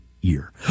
year